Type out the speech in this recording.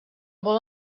vol